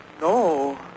No